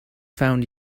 found